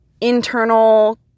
internal